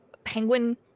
penguin